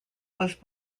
was